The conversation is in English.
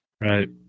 Right